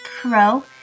Pro